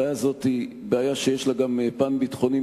לבעיה הזאת יש גם פן ביטחוני,